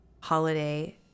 holiday